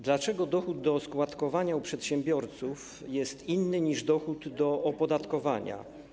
Dlaczego dochód do oskładkowania u przedsiębiorców jest inny niż dochód do opodatkowania?